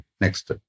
Next